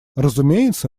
разумеется